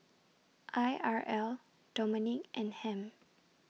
I R L Dominique and Ham